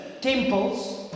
temples